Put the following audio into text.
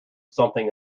something